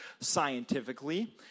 scientifically